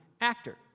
actor